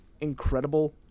incredible